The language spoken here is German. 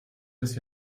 bis